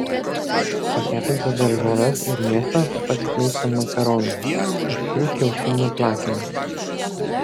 pakepintas daržoves ir mėsą paskleisk ant makaronų užpilk kiaušinių plakiniu